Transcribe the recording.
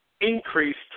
increased